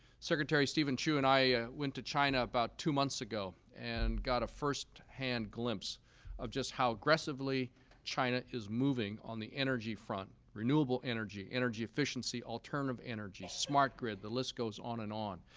secretary steven chu and i went to china about two months ago and got a firsthand glimpse of just how aggressively china is moving on the energy front, renewable energy, energy efficiency, alternative energy, smart grid. the list goes on and on.